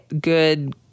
good